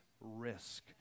risk